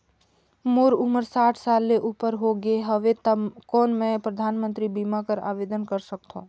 मोर उमर साठ साल ले उपर हो गे हवय त कौन मैं परधानमंतरी बीमा बर आवेदन कर सकथव?